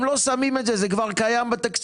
הם לא שמים את זה, זה כבר קיים בתקציב.